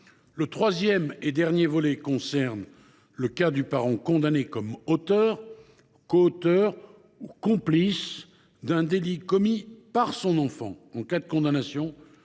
Le troisième et dernier volet concerne le cas du parent condamné comme auteur, coauteur ou complice d’un délit commis par son enfant. En cas de condamnation,